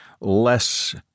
less